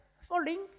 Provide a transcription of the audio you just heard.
falling